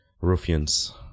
ruffians